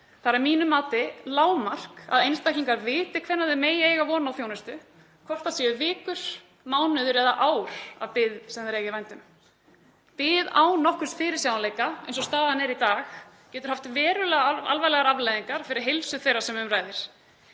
Það er að mínu mati lágmark að einstaklingar viti hvenær þau megi eiga von á þjónustu, hvort það séu vikur, mánuðir eða ár af bið sem þau eiga í vændum. Bið án nokkurs fyrirsjáanleika eins og staðan er í dag getur haft verulega alvarlegar afleiðingar fyrir heilsu þeirra sem um ræðir.